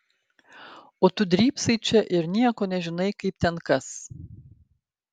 o tu drybsai čia ir nieko nežinai kaip ten kas